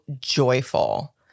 joyful